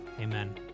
amen